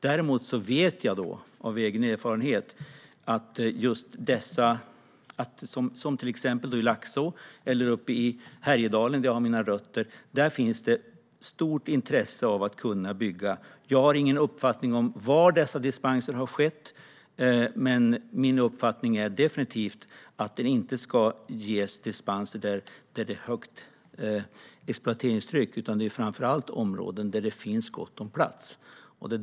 Däremot vet jag av egen erfarenhet att det i Laxå eller i Härjedalen där jag har mina rötter finns ett stort intresse av att få bygga. Jag har ingen uppfattning om var dessa dispenser har skett, men min uppfattning är definitivt att det inte ska ges dispenser där det är ett högt exploateringstryck. Det ska ske framför allt i områden där det finns gott om plats.